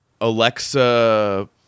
Alexa